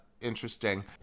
interesting